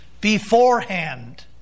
beforehand